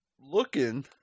looking